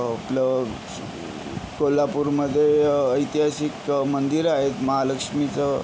आपलं कोल्हापूरमध्ये ऐतिहासिक मंदिरं आहेत मालक्ष्मीचं